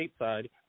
stateside